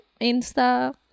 Insta